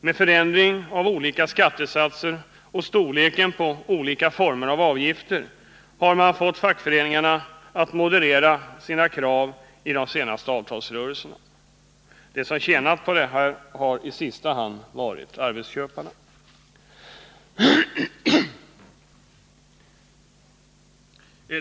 Med förändring av olika skattesatser och av storleken på olika former av avgifter har man fått fackföreningarna att moderera sina krav i de senaste avtalsrörelserna. De som tjänar på detta har i sista hand varit arbetsköparna.